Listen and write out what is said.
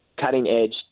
cutting-edge